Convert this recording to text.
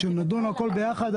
נדון על הכול ביחד.